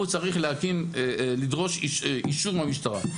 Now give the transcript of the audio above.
הוא צריך לדרוש אישור מהמשטרה.